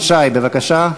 חבר הכנסת נחמן שי, בבקשה.